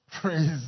Praise